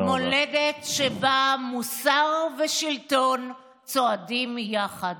מולדת שבה מוסר ושלטון צועדים יחד.